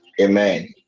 Amen